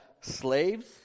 slaves